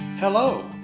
Hello